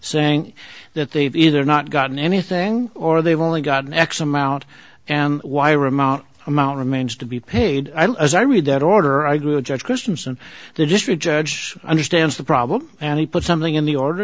saying that they've either not gotten anything or they've only gotten x amount and y remount amount remains to be paid as i read that order i agree with judge christensen the district judge understands the problem and he put something in the order